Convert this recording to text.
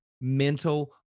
mental